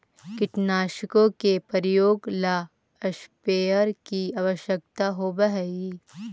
कीटनाशकों के प्रयोग ला स्प्रेयर की आवश्यकता होव हई